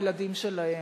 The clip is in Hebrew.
הילדים שלהם.